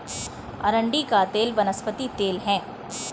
अरंडी का तेल वनस्पति तेल है